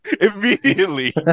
immediately